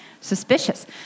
Suspicious